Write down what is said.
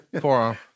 Forearm